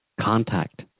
contact